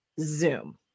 Zoom